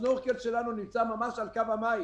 השנורקל שלנו נמצא ממש על קו המים.